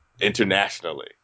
internationally